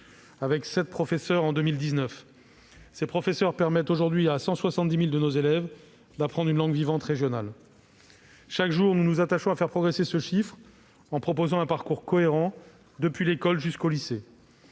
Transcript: discipline en 2019. Tous ces professeurs permettent aujourd'hui à 170 000 de nos élèves d'apprendre une langue vivante régionale. Chaque jour, nous nous attachons à faire progresser ce chiffre en proposant un parcours cohérent depuis l'école jusqu'au lycée.